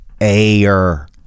air